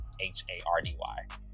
H-A-R-D-Y